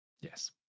Yes